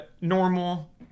normal